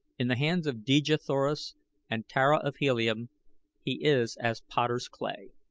in the hands of dejah thoris and tara of helium he is as potters' clay.